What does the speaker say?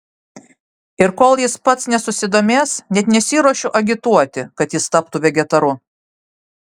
ir kol jis pats nesusidomės net nesiruošiu agituoti kad jis taptų vegetaru